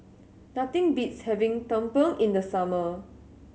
nothing beats having tumpeng in the summer